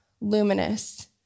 luminous